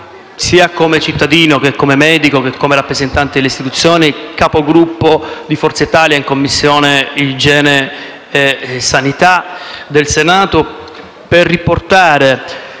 come cittadino, come medico, come rappresentante delle istituzioni e Capogruppo di Forza Italia nella Commissione igiene e sanità del Senato, per far